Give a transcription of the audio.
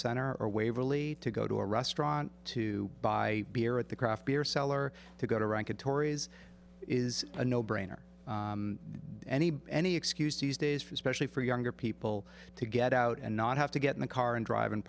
center waverley to go to a restaurant to buy beer at the craft beer cellar to go to rank and tories is a no brainer any any excuse these days for especially for younger people to get out and not have to get in the car and drive